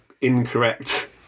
incorrect